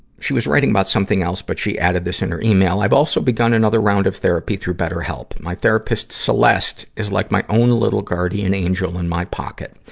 she was writing about something else, but she added this in her email i've also begun another round of therapy through betterhelp. my therapist, celeste, is like my own little guardian angel in my pocket.